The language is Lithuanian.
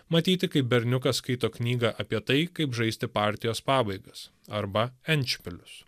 matyti kaip berniukas skaito knygą apie tai kaip žaisti partijos pabaigas arba endšpilius